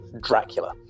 Dracula